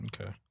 Okay